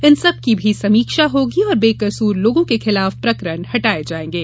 इन सब की भी समीक्षा होगी और बेकसूर लोगों के खिलाफ प्रकरण हटाए जाएंगे